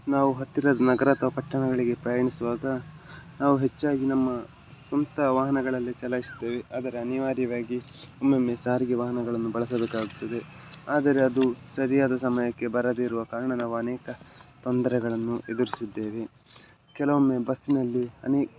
ನಾವು ಹತ್ತಿರದ ನಗರ ಅಥವಾ ಪಟ್ಟಣಗಳಿಗೆ ಪ್ರಯಾಣಿಸುವಾಗ ನಾವು ಹೆಚ್ಚಾಗಿ ನಮ್ಮ ಸ್ವಂತ ವಾಹನಗಳಲ್ಲಿ ಚಲಾಯಿಸುತ್ತೇವೆ ಅದರ ಅನಿವಾರ್ಯವಾಗಿ ಒಮ್ಮೊಮ್ಮೆ ಸಾರಿಗೆ ವಾಹನಗಳನ್ನು ಬಳಸಬೇಕಾಗುತ್ತದೆ ಆದರೆ ಅದು ಸರಿಯಾದ ಸಮಯಕ್ಕೆ ಬರದೇ ಇರುವ ಕಾರಣ ನಾವು ಅನೇಕ ತೊಂದರೆಗಳನ್ನು ಎದುರಿಸಿದ್ದೇವೆ ಕೆಲವೊಮ್ಮೆ ಬಸ್ಸಿನಲ್ಲಿ ಅನೇಕ